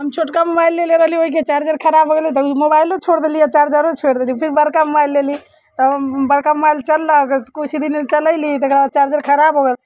हम छोटका मोबाइल लेले रहली ओहिके चार्जर खराब हो गेलै तऽ ई मोबाइले छोड़ि देलिए चार्जरो छोड़ि देलिए फेर बड़का मोबाइल लेली तऽ बड़का मोबाइल चलऽ लागल किछु ही दिन चलैली तकर बाद चार्जर खराब हो गेल